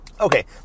Okay